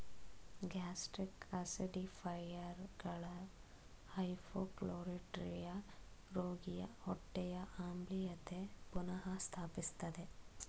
gastric ಆಸಿಡಿಫೈಯರ್ಗಳು hypochlorhydria ರೋಗಿಯ ಹೊಟ್ಟೆಯ ಆಮ್ಲೀಯತೆ ಪುನಃ ಸ್ಥಾಪಿಸ್ತದೆ